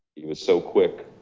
he was so quick